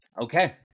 Okay